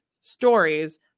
stories